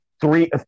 three